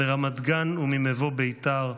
מרמת גן וממבוא ביתר,